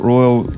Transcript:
Royal